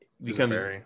becomes